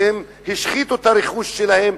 שהם השחיתו את הרכוש שלהם,